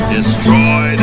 Destroy